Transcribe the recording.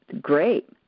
Great